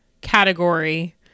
category